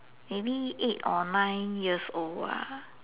maybe eight or nine years old lah